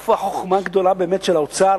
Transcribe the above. איפה החוכמה הגדולה באמת של האוצר